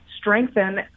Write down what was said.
strengthen